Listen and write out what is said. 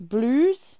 Blues